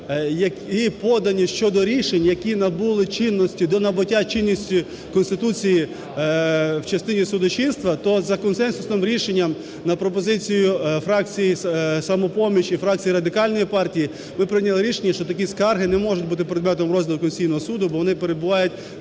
які подані щодо рішень, які набули чинності… до набуття чинності Конституції в частині судочинства, то за консенсусним рішенням на пропозицію фракції "Самопоміч" і фракції Радикальної партії ми прийняли рішення, що такі скарги не можуть бути предметом розгляду Конституційного Суду, бо вони перебувають